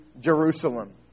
Jerusalem